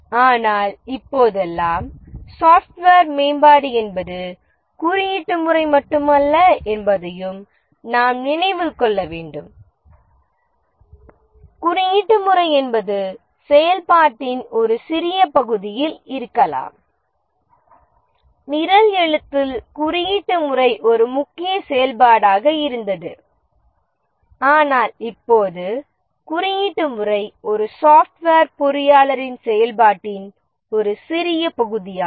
ஆனால் இப்போதெல்லாம் சாப்ட்வேர் மேம்பாடு என்பது குறியீட்டு முறை மட்டுமல்ல என்பதையும் நாம் நினைவில் கொள்ள வேண்டும் குறியீட்டு முறை என்பது செயல்பாட்டின் ஒரு சிறிய பகுதி 1968 இல் இருக்கலாம் நிரல் எழுத்தில் குறியீட்டு முறை ஒரு முக்கிய செயல்பாடாக இருந்தது ஆனால் இப்போது குறியீட்டு முறை ஒரு சாப்ட்வேர் பொறியாளரின் செயல்பாட்டின் ஒரு சிறிய பகுதியாகும்